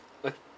uh